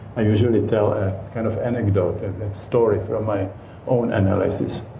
i usually tell a kind of anecdote, a story from my own analysis.